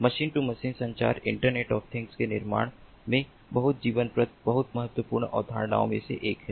machine to machine संचार internet of things के निर्माण में बहुत जीवनप्रद बहुत महत्वपूर्ण अवधारणाओं में से एक है